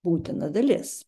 būtina dalis